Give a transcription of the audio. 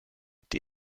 die